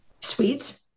Sweet